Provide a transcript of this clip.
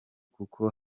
kuko